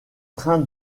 train